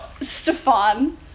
Stefan